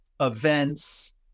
events